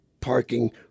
parking